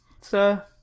sir